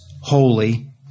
holy